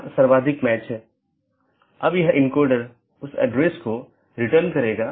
इसलिए इस पर प्रतिबंध हो सकता है कि प्रत्येक AS किस प्रकार का होना चाहिए जिसे आप ट्रैफ़िक को स्थानांतरित करने की अनुमति देते हैं